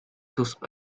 sources